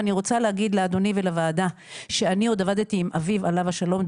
ואני רוצה להגיד לאדוני ולוועדה שאני עוד עבדתי עם אביו עליו השלום,